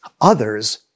Others